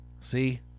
See